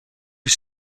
his